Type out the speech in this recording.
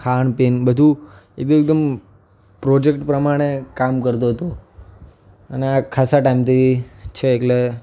ખાન પાન બધું એ તો એકદમ પ્રોજેક્ટ પ્રમાણે કામ કરતો હતો અને આ ખાસા ટાઈમથી છે એટલે